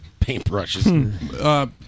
paintbrushes